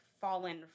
fallen